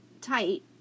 tight